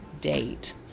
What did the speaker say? date